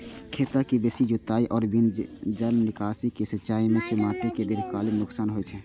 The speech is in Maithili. खेतक बेसी जुताइ आ बिना जल निकासी के सिंचाइ सं माटि कें दीर्घकालीन नुकसान होइ छै